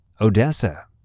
Odessa